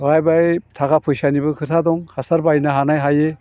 बाहाय बे थाखा फैसानिबो खोथा दं हासार बायनो हानाय हायै